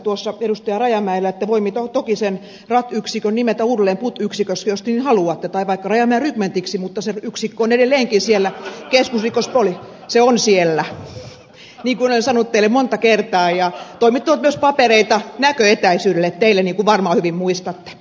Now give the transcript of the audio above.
rajamäelle että voimme toki sen rat yksikön nimetä uudelleen put yksiköksi jos te niin haluatte tai vaikka rajamäen rykmentiksi mutta se yksikkö on edelleenkin siellä keskusrikospoliisissa niin kuin olen sanonut teille monta kertaa ja toimittanut myös teille papereita näköetäisyydelle niin kuin varmaan hyvin muistatte